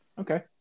Okay